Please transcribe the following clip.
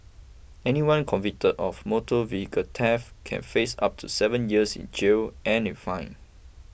anyone convicted of motor vehicle theft can face up to seven years in jail and in fine